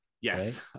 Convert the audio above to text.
yes